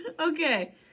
Okay